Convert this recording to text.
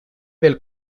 del